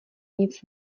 nic